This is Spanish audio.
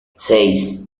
seis